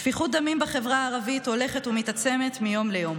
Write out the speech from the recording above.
שפיכות הדמים בחברה הערבית הולכת ומתעצמת מיום ליום.